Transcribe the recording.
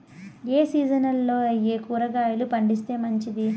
ఏ సీజన్లలో ఏయే కూరగాయలు పండిస్తే మంచిది